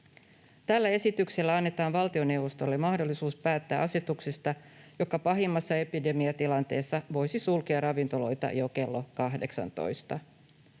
Tällä esityksellä annetaan valtioneuvostolle mahdollisuus päättää asetuksesta, joka pahimmassa epidemiatilanteessa voisi sulkea ravintoloita jo kello 18.